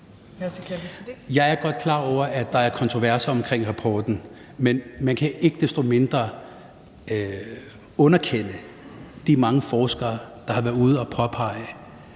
Jeg er godt klar over, at der er kontroverser omkring rapporten, men ikke desto mindre kan man ikke underkende de mange forskere – det gælder